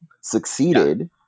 succeeded